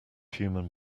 human